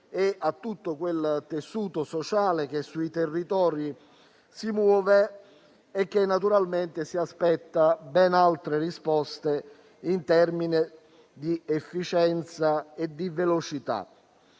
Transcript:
e a tutto quel tessuto sociale che opera nei territori e che naturalmente si aspetta ben altre risposte in termini di efficienza e di velocità.